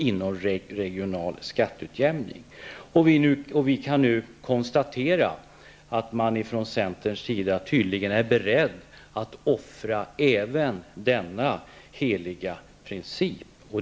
Vi kan nu konstatera att man från centerns sida tydligen nu är beredd att offra även denna heliga princip.